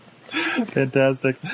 fantastic